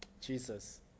Jesus